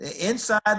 inside